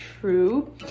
true